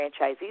franchisees